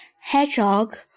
Hedgehog